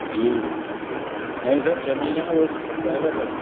जी नहीं सर छः महीने में सर